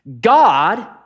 God